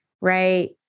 right